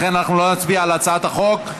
לכן לא נצביע על הצעת החוק.